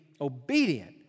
obedient